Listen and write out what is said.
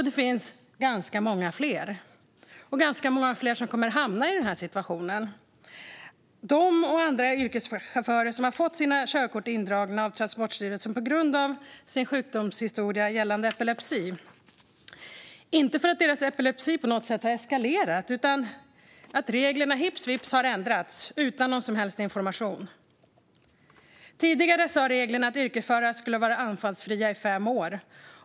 Det finns ganska många fler exempel, och ganska många fler kommer att hamna i denna situation. Det är yrkeschaufförer som har fått sina körkort indragna av Transportstyrelsen på grund av sin sjukdomshistoria gällande epilepsi, inte för att deras epilepsi på något sätt har eskalerat utan för att reglerna hux flux har ändrats utan någon som helst information. Tidigare sa reglerna att yrkesförare skulle ha varit anfallsfria i fem år.